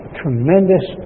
tremendous